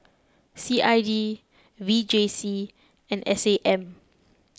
C I D V J C and S A M